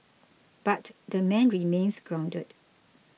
but the man remains grounded